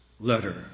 letter